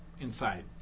inside